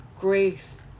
grace